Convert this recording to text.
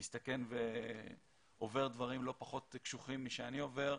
מסתכן ועובר דברים לא פחות קשוחים משאני עובר,